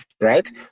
right